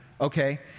okay